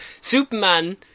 Superman